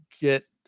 get